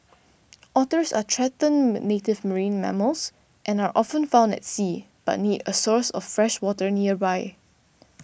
otters are threatened native marine mammals and are often found at sea but need a source of fresh water nearby